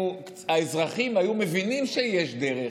והאזרחים היו מבינים שיש דרך,